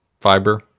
fiber